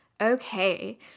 Okay